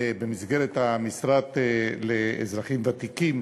במסגרת המשרד לאזרחים ותיקים.